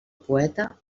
poeta